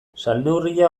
salneurria